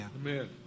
Amen